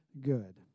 good